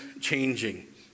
changing